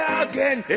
again